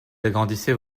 agrandissez